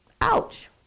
Ouch